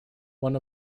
one